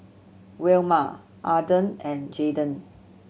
Wilma Arden and Jaydon